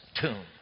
tomb